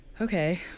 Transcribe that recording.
Okay